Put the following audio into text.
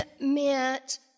meant